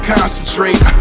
Concentrate